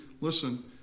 listen